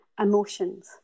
emotions